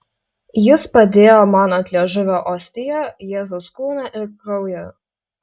jis padėjo man ant liežuvio ostiją jėzaus kūną ir kraują